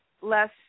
less